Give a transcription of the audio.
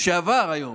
לשעבר היום,